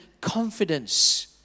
confidence